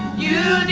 you